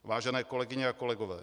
Vážené kolegyně a kolegové.